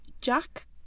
Jack